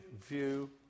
view